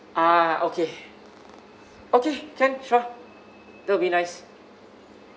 ah okay okay can sure that'll be nice